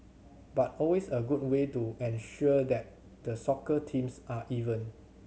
but always a good way to ensure that the soccer teams are even